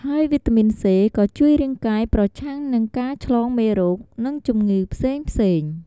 ហើយវីតាមីន C ក៏ជួយរាងកាយប្រឆាំងនឹងការឆ្លងមេរោគ និងជំងឺផ្សេងៗ។